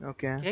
Okay